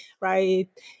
right